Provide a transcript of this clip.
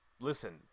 listen